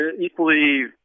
Equally